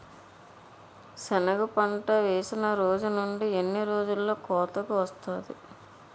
సెనగ పంట వేసిన రోజు నుండి ఎన్ని రోజుల్లో కోతకు వస్తాది?